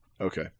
Okay